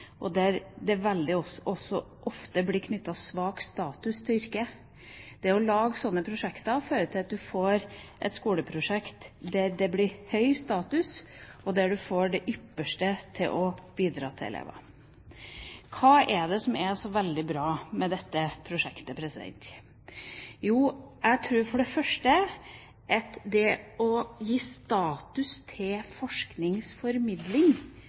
og det har veldig ofte også vært knyttet svak status til yrket. Gjennom å lage slike prosjekter får man et skoleprosjekt med høy status, der man får det ypperste bidraget til elevene. Hva er det som er så veldig bra med dette prosjektet? Jeg tror for det første at det å gi status til forskningsformidling